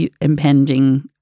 impending